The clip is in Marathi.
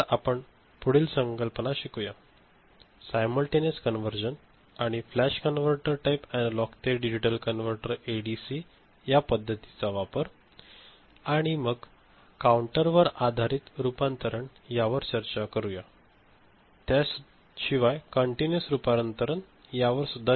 तर आपण पुढील संकल्पना शिकूया सायमलटेनियस कन्व्हर्जन आणि फ्लॅश कन्व्हर्टर टाइप एनालॉग ते डिजिटल कनवर्टर एडीसी या पद्धतीचा वापर आणि मग आपण काउंटवर आधारित रूपांतरण या वर चर्चा करू आणि कंटीन्यूऊस रूपांतरण सुद्धा